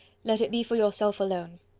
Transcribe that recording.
let it be for yourself alone.